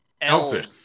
Elfish